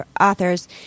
authors